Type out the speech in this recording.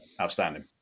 Outstanding